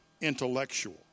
intellectual